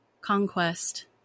Conquest